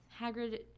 Hagrid